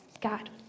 God